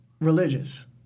religious